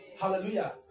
Hallelujah